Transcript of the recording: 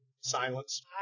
silence